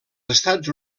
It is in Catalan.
estats